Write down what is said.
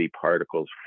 particles